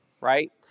right